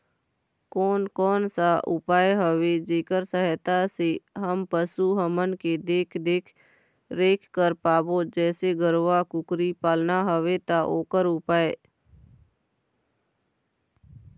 कोन कौन सा उपाय हवे जेकर सहायता से हम पशु हमन के देख देख रेख कर पाबो जैसे गरवा कुकरी पालना हवे ता ओकर उपाय?